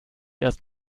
erst